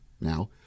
now